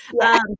yes